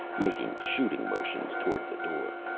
making shooing motions toward the door.